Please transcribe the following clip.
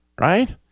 right